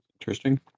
Interesting